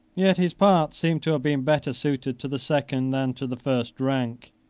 yet his parts seem to have been better suited to the second than to the first rank